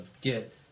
get